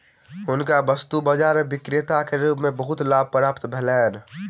हुनका वस्तु बाजार में विक्रेता के रूप में बहुत लाभ प्राप्त भेलैन